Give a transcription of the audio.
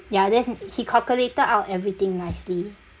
ya then he calculated out everything nicely